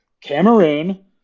Cameroon